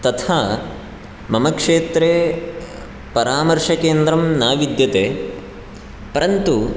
तथा मम क्षेत्रे परामर्शकेन्द्रं न विद्यते परन्तु